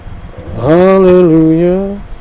hallelujah